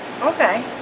Okay